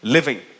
Living